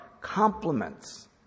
complements